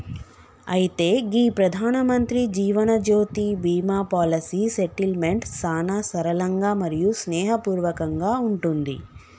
అయితే గీ Pradhanmantri Jeevanjyoti Bima policy settlement సానా సరళంగా మరియు స్నేహపూర్వకంగా ఉంటుంది